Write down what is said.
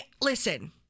Listen